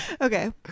okay